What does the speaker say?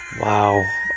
Wow